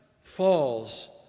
falls